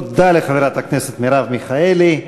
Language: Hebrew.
תודה לחברת הכנסת מרב מיכאלי.